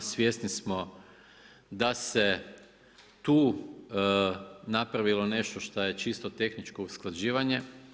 Svjesni smo da se tu napravilo nešto šta je čisto tehničko usklađivanje.